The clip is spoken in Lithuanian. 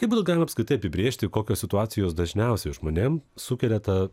kaip būtų galima apskritai apibrėžti kokios situacijos dažniausiai žmonėm sukelia tą